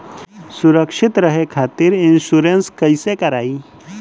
सुरक्षित रहे खातीर इन्शुरन्स कईसे करायी?